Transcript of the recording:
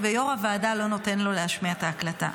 ויו"ר הוועדה לא נותן לו להשמיע את ההקלטה.